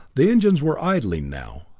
the engines were idling now,